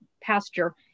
pasture